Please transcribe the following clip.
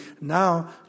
Now